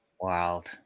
wild